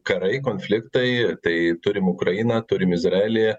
karai konfliktai tai turim ukrainą turim izraelį